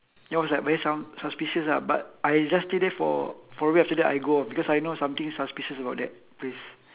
that was like very su~ suspicious lah but I just stay there for for a week after that I go off because I know something suspicious about that place